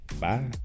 Bye